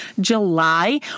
July